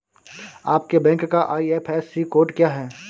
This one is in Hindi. आपके बैंक का आई.एफ.एस.सी कोड क्या है?